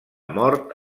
mort